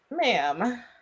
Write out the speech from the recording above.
ma'am